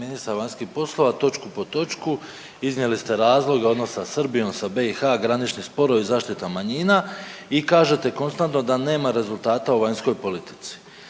ministra vanjskih poslova, točku po točku, iznijeli ste razloge, odnos sa Srbijom, sa BiH, granični sporovi, zaštita manjina i kažete konstantno da nema rezultata u vanjskoj politici.